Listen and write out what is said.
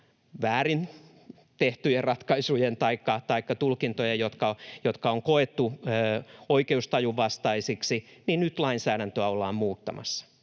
väärin tehtyjen — ratkaisujen taikka tulkintojen, jotka on koettu oikeustajun vastaisiksi... Nyt lainsäädäntöä ollaan muuttamassa